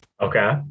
Okay